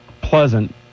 pleasant